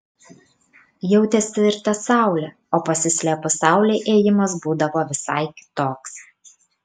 jautėsi ir ta saulė o pasislėpus saulei ėjimas būdavo visai kitoks